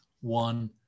one